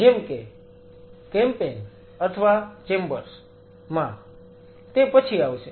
જેમ કે ઝુંબેશ અથવા ઓરડાઓ માં તે પછી આવશે